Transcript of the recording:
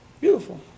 Beautiful